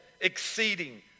exceeding